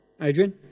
Adrian